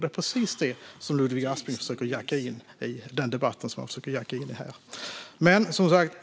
Det är precis den debatten som Ludvig Aspling försöker jacka in i här.